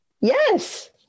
yes